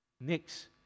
Next